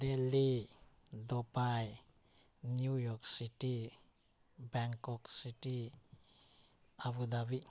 daily Dubai New York City Bangkok City Abu ꯙꯥꯕꯤ